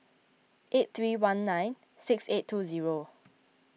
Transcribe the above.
eight three one nine six eight two zero